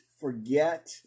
forget